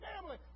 family